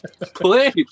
Please